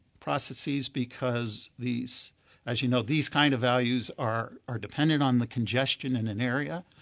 processes because these as you know these kind of values are are dependent on the congestion in an area.